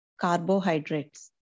carbohydrates